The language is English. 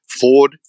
Ford